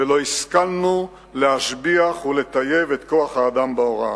ולא השכלנו להשביח ולטייב את כוח האדם בהוראה.